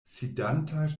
sidanta